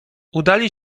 udali